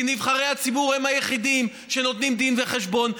כי נבחרי הציבור הם היחידים שנותנים דין וחשבון,